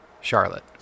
Charlotte